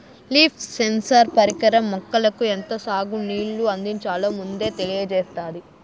leaf sensor పరికరం మొక్కలకు ఎంత సాగు నీళ్ళు అందించాలో ముందే తెలియచేత్తాది